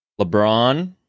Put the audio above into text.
LeBron